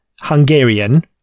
Hungarian